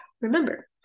Remember